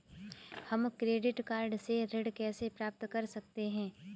हम credit card से ऋण कैसे प्राप्त कर सकते हैं?